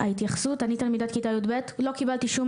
ההתייחסות אני תלמידת כיתה י"ב לא קיבלתי שום